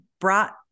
brought